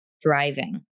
driving